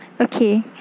Okay